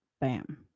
Bam